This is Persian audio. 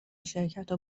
شرکتا